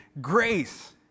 grace